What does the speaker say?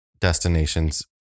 destinations